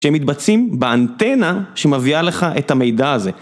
שהם מתבצעים באנטנה שמביאה לך את המידע הזה.